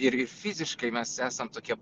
ir ir fiziškai mes esam tokie